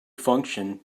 function